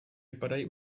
vypadají